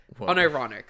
unironic